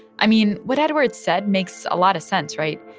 i mean, what edwards said makes a lot of sense, right?